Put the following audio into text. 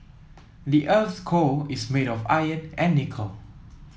the earth's core is made of iron and nickel